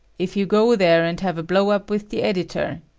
if you go there and have a blowup with the editor,